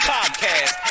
Podcast